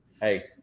hey